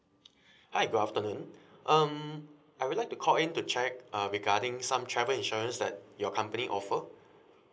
hi good afternoon um I would like to call in to check uh regarding some travel insurance that your company offer